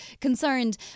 concerned